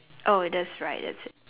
oh that's right that's